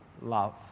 love